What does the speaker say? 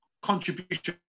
contribution